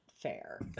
fair